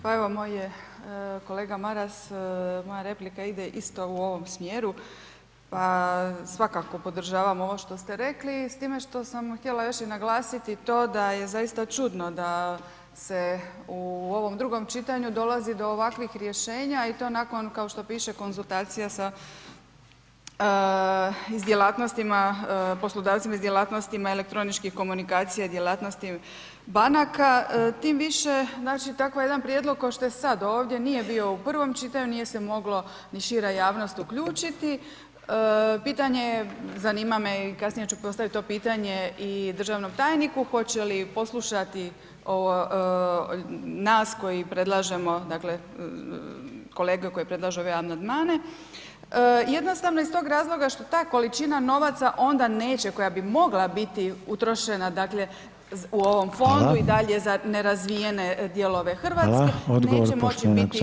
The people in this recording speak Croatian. Pa evo, moj je kolega Maras, moja replika ide isto u ovom smjeru, pa svakako podržavam ovo što ste rekli s time što sam htjela još i naglasiti to da je zaista čudno da se u ovom drugom čitanju dolazi do ovakvih rješenja i to nakon, kao što piše, konzultacija sa i s djelatnostima, poslodavcima i s djelatnostima elektroničkih komunikacija i djelatnosti banaka, tim više, znači, tako jedan prijedlog košto je sad ovdje nije bio u prvom čitanju, nije se mogla ni šira javnost uključiti, pitanje je, zanima me i kasnije ću postaviti to pitanje i državnom tajniku, hoće li poslušati nas koji predlažemo, dakle, kolege koje predlažu ove amandmane jednostavno iz tog razloga što ta količina novaca onda neće koja bi mogla biti utrošena, dakle, u ovom fondu [[Upadica: Hvala]] i dalje za nerazvijene dijelove RH [[Upadica: Hvala, odgovor…]] neće moći biti potrošena na taj način.